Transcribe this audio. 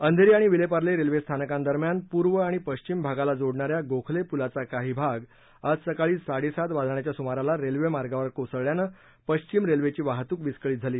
अंघेरी आणि विलेपार्ले रेल्वेस्थानकांदरम्यान पूर्व आणि पश्चिम भागाला जोडणा या गोखले पुलाचा काही भाग सकाळी साडेसात वाजण्याच्या सुमाराला रेल्वेमार्गावर कोसळल्यानं पश्चिम रेल्वेची वाहतूक विस्कळीत झाली